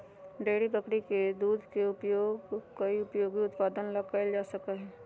dairy बकरी के दूध के उपयोग कई उपयोगी उत्पादन ला कइल जा सका हई